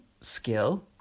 skill